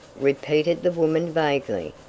repeated the woman vaguely,